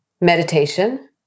Meditation